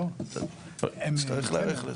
נצטרך לזה.